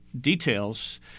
details